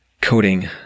coding